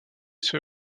sur